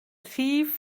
rhif